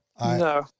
No